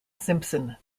simpson